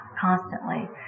constantly